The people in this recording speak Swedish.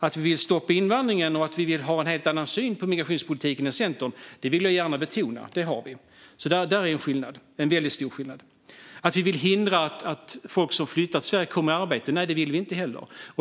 Att vi vill stoppa invandringen och har en helt annan syn på migrationspolitiken än Centern vill jag gärna betona, så där finns en stor skillnad. Att vi vill hindra att folk som har flyttat till Sverige kommer i arbete stämmer inte heller.